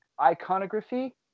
iconography